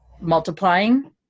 multiplying